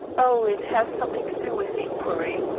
oh, it has something to do with the inquiry.